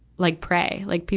like prey. like pe,